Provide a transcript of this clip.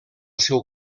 seu